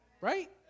Right